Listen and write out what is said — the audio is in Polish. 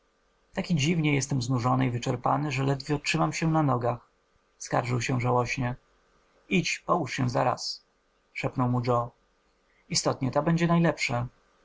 tak dziwnie jestem znużony i wyczerpany że ledwie się trzymam na nogach skarżył się żałośnie idź połóż się zaraz szepnął mu joe istotnie to będzie najlepsze